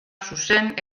zuzen